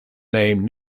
named